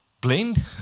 blend